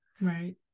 Right